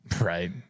Right